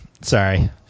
Sorry